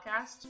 Podcast